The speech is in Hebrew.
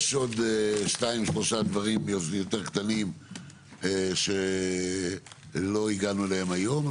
יש עוד שניים שלושה דברים יותר קטנים שלא הגענו אליהם היום.